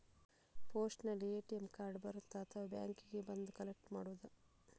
ಪೋಸ್ಟಿನಲ್ಲಿ ATM card ಬರುತ್ತಾ ಅಥವಾ ಬ್ಯಾಂಕಿಗೆ ಬಂದು ಕಲೆಕ್ಟ್ ಮಾಡುವುದು?